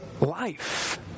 life